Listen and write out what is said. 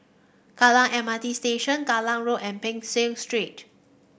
Kallang M R T Station Kallang Road and Peck Seah Street